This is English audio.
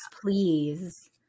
please